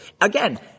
Again